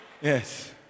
Yes